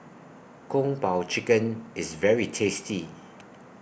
Kung Po Chicken IS very tasty